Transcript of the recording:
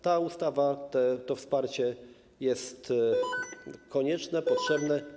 Ta ustawa, to wsparcie jest konieczne, potrzebne.